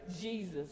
Jesus